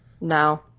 No